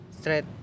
straight